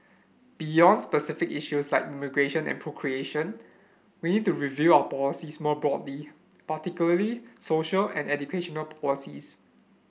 beyond specific issues like immigration and procreation we need to review our policies more broadly particularly social and educational policies